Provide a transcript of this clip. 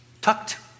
tucked